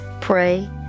pray